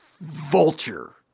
Vulture